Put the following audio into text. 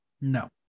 No